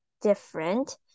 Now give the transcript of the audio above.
different